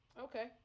Okay